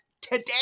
today